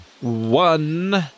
one